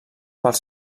pels